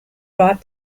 brought